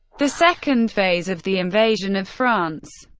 the second phase of the invasion of france.